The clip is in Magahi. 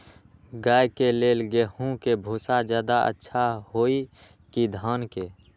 गाय के ले गेंहू के भूसा ज्यादा अच्छा होई की धान के?